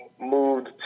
moved